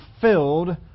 filled